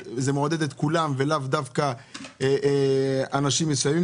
לאו דווקא אנשים מסוימים.